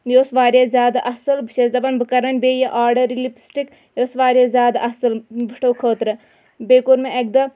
یہِ اوس واریاہ زیادٕ اَصٕل بہٕ چھَس دَپان بہٕ کَران بیٚیہِ یہِ آرڈَر یہِ لِپسٹِک یہِ ٲس واریاہ زیادٕ اَصٕل وٕٹھو خٲطرٕ بیٚیہِ کوٚر مےٚ اَکہِ دۄہ